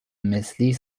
مثلی